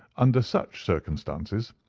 under such circumstances,